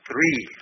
Three